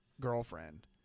girlfriend